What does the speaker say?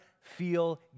feel